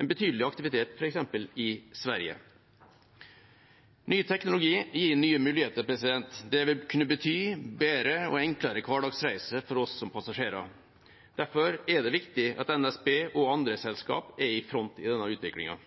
en betydelig aktivitet f.eks. i Sverige. Ny teknologi gir nye muligheter. Det vil kunne bety bedre og enklere hverdagsreiser for oss som passasjerer. Derfor er det viktig at NSB og andre selskap er i front i denne